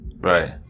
Right